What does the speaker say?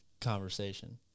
conversation